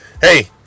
Hey